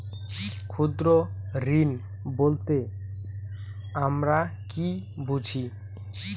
ক্ষুদ্র ঋণ বলতে আমরা কি বুঝি?